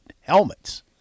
helmets